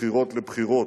מבחירות לבחירות.